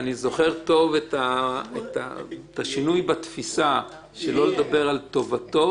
אני זוכר טוב את השינוי בתפיסה, שלא לדבר על טובתו